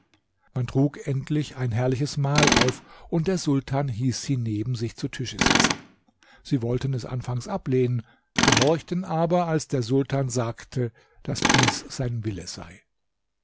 man trug endlich ein herrliches mahl auf und der sultan hieß sie neben sich zu tisch sitzen sie wollten es anfangs ablehnen gehorchten aber als der sultan sagte daß dies sein wille sei